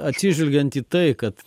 atsižvelgiant į tai kad